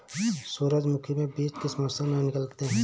सूरजमुखी में बीज किस मौसम में निकलते हैं?